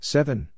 Seven